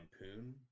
lampoon